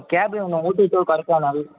gap வேணும் Ooty to Kodaikanal